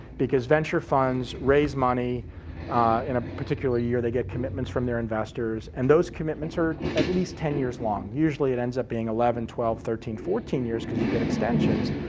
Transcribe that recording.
because venture funds raise money in a particular year, they get commitments from their investors and those commitments are at least ten years long, usually it ends up being eleven, twelve, thirteen, fourteen years because you get extensions.